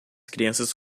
crianças